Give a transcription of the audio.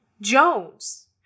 Jones